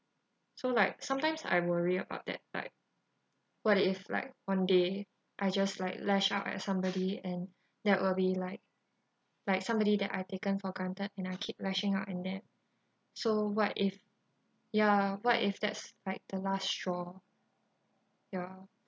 so like sometimes I worry about that like what if like one day I just like lash out at somebody and that will be like like somebody that I've taken for granted and I keep lashing out and then so what if ya what if that's like the last straw ya